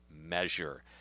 measure